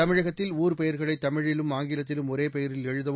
தமிழகத்தில் ஊர் பெயர்களை தமிழிலும் ஆங்கிலத்திலும் ஒரே பெயரில் எழுதவும்